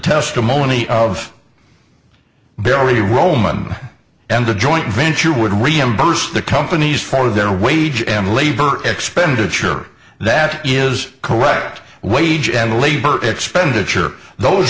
testimony of barely roman and the joint venture would reimburse the companies for their wage and labor expenditure that is correct wage and labor expenditure those